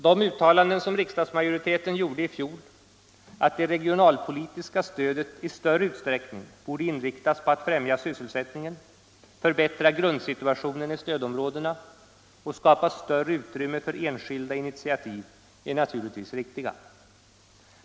De uttalanden som riksdagsmajoriteten gjorde i fjol att det regionalpolitiska stödet i större utsträckning borde inriktas på att främja sysselsättningen, förbättra grundsituationen i stödområdena och skapa större utrymme för enskilda initiativ är naturligtvis riktiga.